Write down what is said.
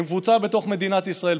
הם קבוצה בתוך מדינת ישראל.